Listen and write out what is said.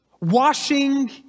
Washing